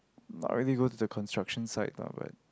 not really go to the construction site lah but